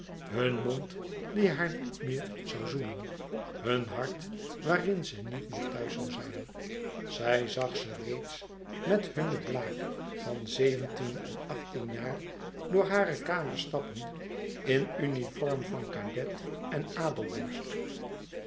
hun mond die haar niet meer zoû zoenen hun hart waarin ze niet meer thuis zoû zijn zij zag ze reeds met hunne blague van zeventien en achttien jaar door hare kamers stappen in uniform van cadet en